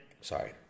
sorry